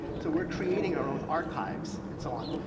so we're creating our own archives and so on.